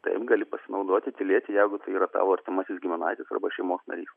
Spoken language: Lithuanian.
taip gali pasinaudoti tylėti jeigu tai yra tavo artimasis giminaitis arba šeimos narys